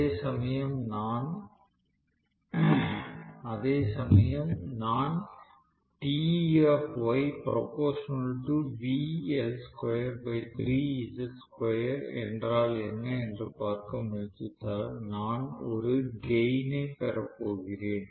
அதேசமயம் நான் என்றால் என்ன என்று பார்க்க முயற்சித்தால் நான் ஒரு கைன் ஐ பெறப்போகிறேன்